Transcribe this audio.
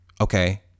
okay